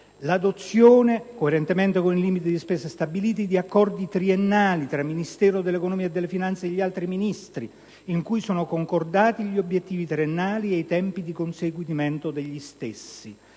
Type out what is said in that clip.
l'adozione, coerentemente con i limiti di spesa stabiliti, di accordi triennali tra il Ministro dell'economia e delle finanze e gli altri Ministri, in cui sono concordati gli obiettivi triennali e i tempi di conseguimento degli stessi;